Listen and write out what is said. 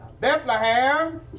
Bethlehem